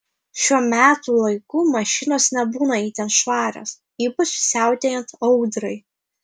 šiuo metų laiku mašinos nebūna itin švarios ypač siautėjant audrai